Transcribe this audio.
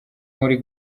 muri